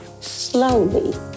slowly